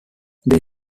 they